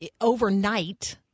overnight